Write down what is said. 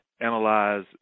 analyze